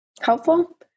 helpful